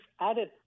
added